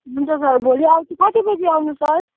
हुन्छ सर भोलि आउँछु कति बजी आउनु सर